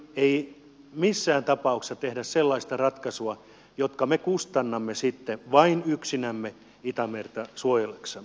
ei missään tapauksessa tehdä sellaista ratkaisua jonka me kustannamme sitten vain yksinämme itämerta suojellaksemme